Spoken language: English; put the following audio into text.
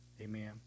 Amen